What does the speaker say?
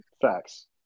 facts